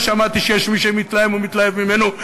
ולא שמעתי שיש מי שמתלהם ומתלהב ממנו,